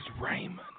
Raymond